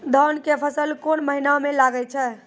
धान के फसल कोन महिना म लागे छै?